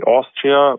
Austria